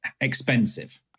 expensive